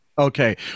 Okay